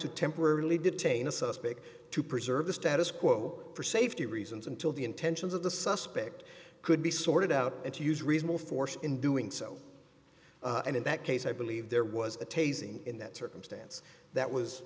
to temporarily detain a suspect to preserve the status quo for safety reasons until the intentions of the suspect could be sorted out and to use reasonable force in doing so and in that case i believe there was a tasing in that circumstance that was